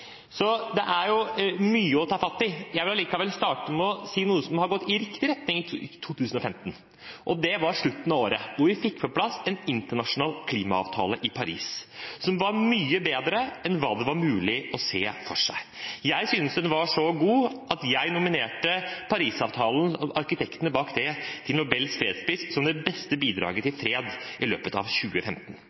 Det er mye å ta fatt i, men jeg vil allikevel starte med å si noe som har gått i riktig retning i 2015. Det var mot slutten av året, da vi fikk på plass en internasjonal klimaavtale i Paris som var mye bedre enn det hadde vært mulig å se for seg. Jeg syntes den var så god at jeg nominerte arkitektene bak Paris-avtalen til Nobels fredspris, som det beste bidraget til fred i løpet av 2015.